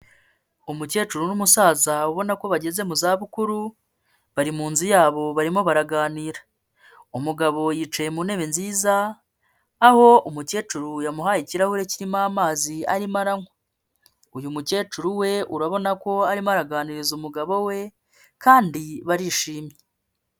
Umukecuru n'umusaza ubona ko bageze mu zabukuru bari mu nzu yabo barimo baraganira, umugabo yicaye mu ntebe nziza aho umukecuru yamuhaye ikirahure kirimo amazi ari aranywa, uyu mukecuru we urabona ko arimo araganiriza umugabo we kandi barishimye.